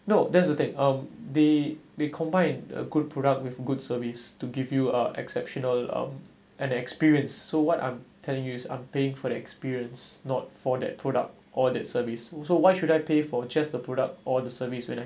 no that's a technique um they they combined a good product with good service to give you a exceptional um an experience so what I'm telling you is I'm paying for that experience not for that product or that service also why should I pay for just the product or the service when I